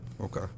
Okay